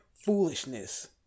foolishness